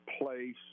place